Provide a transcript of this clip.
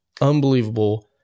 unbelievable